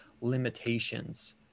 limitations